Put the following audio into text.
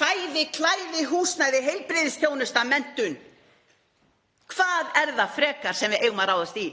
Fæði, klæði, húsnæði, heilbrigðisþjónusta, menntun. Hvað er það frekar sem við eigum að ráðast í?